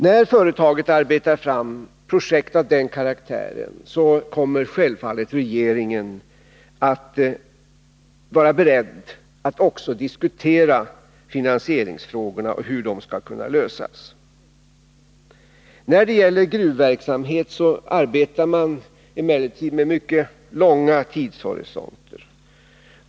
När företaget har arbetat fram projekt av den karaktären, kommer självfallet regeringen att vara beredd att också diskutera hur 3 finansieringsfrågorna skall kunna lösas. När det gäller gruvverksamheten arbetar man emellertid med mycket långa tidsperspektiv.